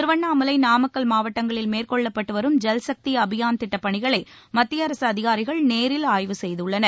திருவண்ணாமலை நாமக்கல் மாவட்டங்களில் மேற்கொள்ளப்பட்டு வரும் ஜல்சக்தி அபியான் திட்டப் பணிகளை மத்திய அரசு அதிகாரிகள் நேரில் ஆய்வு செய்துள்ளனர்